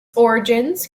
origins